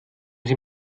sie